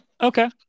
Okay